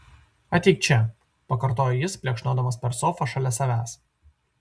ateik čia pakartojo jis plekšnodamas per sofą šalia savęs